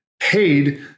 paid